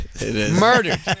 Murdered